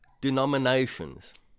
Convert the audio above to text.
denominations